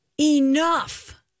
Enough